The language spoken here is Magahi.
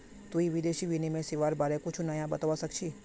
तुई विदेशी विनिमय सेवाआर बारे कुछु नया बतावा सक छी